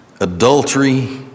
adultery